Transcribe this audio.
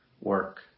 work